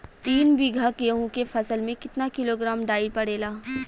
तीन बिघा गेहूँ के फसल मे कितना किलोग्राम डाई पड़ेला?